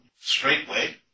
straightway